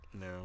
No